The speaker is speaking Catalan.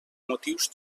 motius